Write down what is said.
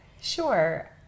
Sure